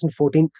2014